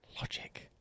Logic